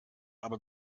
aber